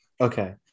Okay